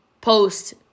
post